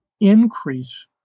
increase